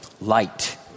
Light